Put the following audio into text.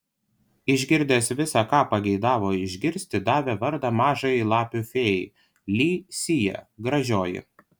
išgirdęs visa ką pageidavo išgirsti davė vardą mažajai lapių fėjai li sija gražioji